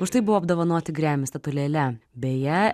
už tai buvo apdovanoti grammy statulėle beje